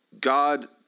God